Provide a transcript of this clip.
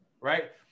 right